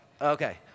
okay